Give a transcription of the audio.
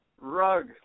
rug